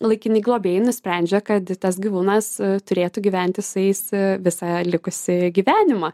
laikini globėjai nusprendžia kad tas gyvūnas turėtų gyventi su jais visą likusį gyvenimą